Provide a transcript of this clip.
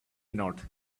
not